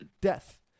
death